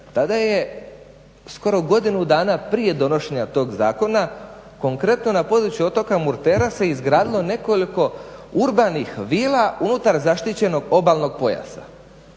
Tada je skoro godinu dana prije donošenja tog zakona konkretno na području otoka Murtera se izgradilo nekoliko urbanih vila unutar zaštićenog obalnog pojasa.